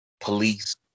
police